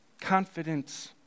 confidence